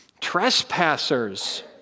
Trespassers